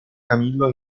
camillo